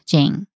Jane